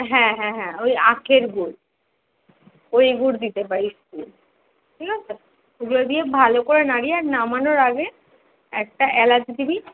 হ্যাঁ হ্যাঁ হ্যাঁ ওই আখের গুড় ওই গুড় দিতে পারিস তুই ঠিক আছে ওগুলো দিয়ে ভালো করে নাড়িয়ে আর নামানোর আগে একটা এলাচ দিবি